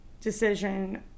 decision